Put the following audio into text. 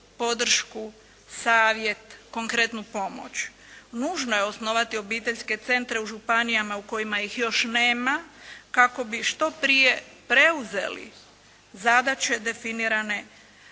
podršku, savjet, konkretnu pomoć. Nužno je osnovati obiteljske centre u županijama u kojima ih još nema kako bi što prije preuzeli zadaće definirane